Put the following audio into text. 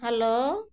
hello